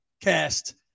cast